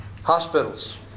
Hospitals